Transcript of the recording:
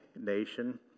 nation